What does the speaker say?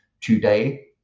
today